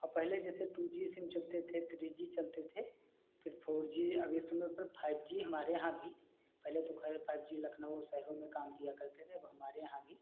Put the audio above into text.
और पहले जैसे टू जी सिम चलते थे थ्री जी चलते थे फ़िर फोर जी अब इस समय पर फाइव जी हमारे यहाँ भी पहले तो खैर फाइव जी लखनऊ शहरों में काम किया करते थे अब हमारे यहाँ भी